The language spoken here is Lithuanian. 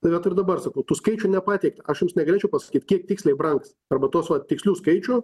tai ir dabar sakau tų skaičių nepateikia aš jums negalėčiau pasakyt kiek tiksliai brangs arba tuos va tikslių skaičių